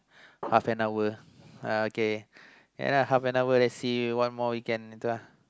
half an hour uh okay then half an hour then see one more weekend lah